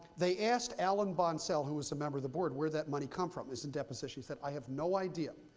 they asked alan bonsell, who was a member of the board, where did that money come from? this in depositions, said, i have no idea.